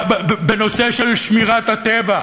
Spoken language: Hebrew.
לנושא של שמירת הטבע,